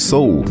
Soul